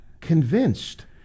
convinced